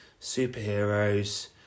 superheroes